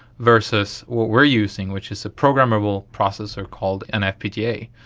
versus what we are using which is a programmable processor called an fpga,